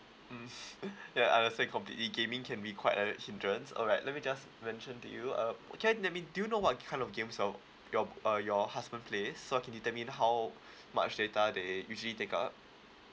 ya understand completely gaming can be quite a hindrance alright let me just mention to you uh can you let me do you know what kind of games of your uh your husband plays so I can determine how much data they usually take up